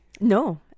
No